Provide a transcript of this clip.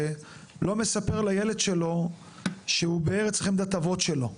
לא מספר לילד שלו שהוא בארץ חמדת אבות שלו.